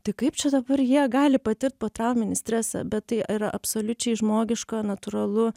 tai kaip čia dabar jie gali patirt potrauminį stresą bet tai yra absoliučiai žmogiška natūralu